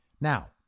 Now